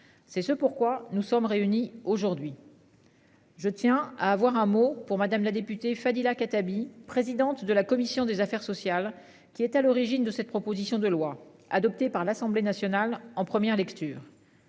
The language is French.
C'est ce pourquoi nous sommes réunis aujourd'hui. Je tiens à avoir un mot pour Madame la députée Fadila Khattabi, présidente de la commission des affaires sociales qui est à l'origine de cette proposition de loi adoptée par l'Assemblée nationale en première lecture.